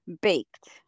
baked